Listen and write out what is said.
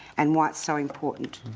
and why it's so important.